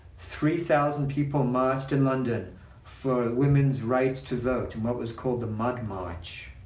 three thousand people marched in london for women's right to vote, in what was called the mud march.